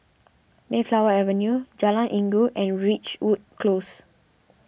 Mayflower Avenue Jalan Inggu and Ridgewood Close